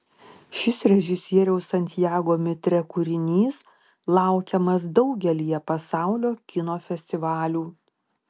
šis režisieriaus santiago mitre kūrinys laukiamas daugelyje pasaulio kino festivalių